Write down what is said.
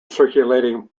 circulating